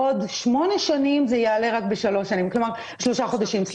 בעוד שמונה שנים זה יעלה רק בשלושה חודשים.